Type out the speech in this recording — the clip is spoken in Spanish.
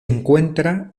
encuentra